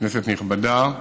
כנסת נכבדה,